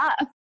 up